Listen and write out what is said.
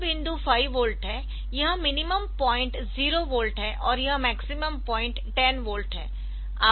यह बिंदु 5 वोल्ट है यह मिनिमम पॉइंट 0 वोल्ट है और यह मैक्सिमम पॉइंट 10 वोल्ट है